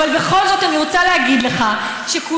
אבל בכל זאת אני רוצה להגיד לך שכולנו